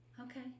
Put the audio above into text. Okay